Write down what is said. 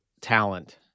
talent